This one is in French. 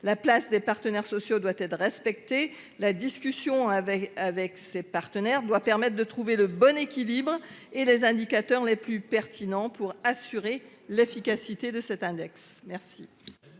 la place des partenaires sociaux doit être respecté. La discussion avec avec ses partenaires doit permettent de trouver le bon équilibre et les indicateurs les plus pertinents pour assurer l'efficacité de cet index